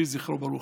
יהי זכרו ברוך.